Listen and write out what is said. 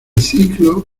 ciclo